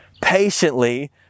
patiently